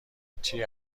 چیه